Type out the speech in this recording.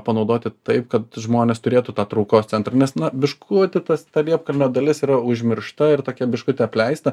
panaudoti taip kad žmonės turėtų tą traukos centrą nes na biškutį tas ta liepkalnio dalis yra užmiršta ir tokia biškutį apleistą